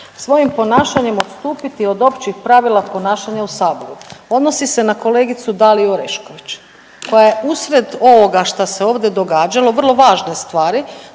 „Svojim ponašanjem odstupiti od općih pravila ponašanja u Saboru.“ Odnosi se na kolegicu Daliju Orešković koja je usred ovoga što ste ovdje događalo vrlo važne stvari